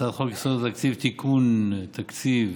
הצעת חוק יסודות התקציב (תיקון, תקציב